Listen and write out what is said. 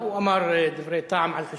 הוא אמר דברי טעם על חשבוני.